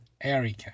Erica